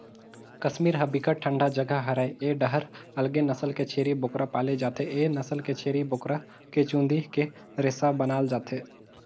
कस्मीर ह बिकट ठंडा जघा हरय ए डाहर अलगे नसल के छेरी बोकरा पाले जाथे, ए नसल के छेरी बोकरा के चूंदी के रेसा बनाल जाथे